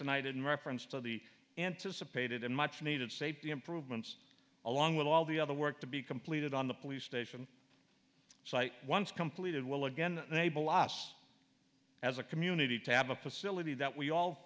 tonight in reference to the anticipated and much needed safety improvements along with all the other work to be completed on the police station site once completed will again us as a community to have a facility that we all